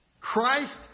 Christ